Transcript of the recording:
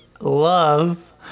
love